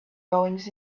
goings